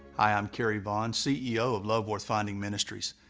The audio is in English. i'm cary vaughn, ceo of love worth finding ministries.